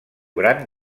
gran